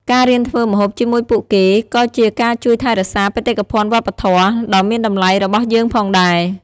ការរៀនធ្វើម្ហូបជាមួយពួកគេក៏ជាការជួយថែរក្សាបេតិកភណ្ឌវប្បធម៌ ដ៏មានតម្លៃរបស់យើងផងដែរ។